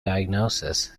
diagnosis